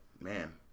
man